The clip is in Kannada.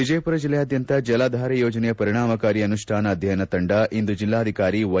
ವಿಜಯಪುರ ಜಿಲ್ಲೆಯಾದ್ಯಂತ ಜಲಧಾರೆ ಯೋಜನೆಯ ಪರಿಣಾಮಕಾರಿ ಅನುಷ್ಠಾನ ಅಧ್ಯಯನ ತಂದ ಇಂದು ಜಿಲ್ಲಾಧಿಕಾರಿ ವೈ